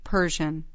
Persian